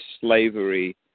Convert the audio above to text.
slavery